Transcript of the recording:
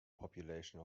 population